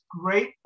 Great